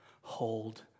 Hold